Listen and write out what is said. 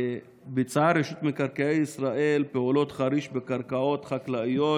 ביצעה רשות מקרקעי ישראל פעולות חריש בקרקעות חקלאיות